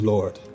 Lord